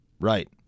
Right